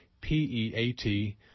p-e-a-t